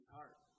heart